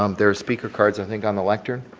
um there are speaker cards i think on the lectern.